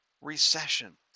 recession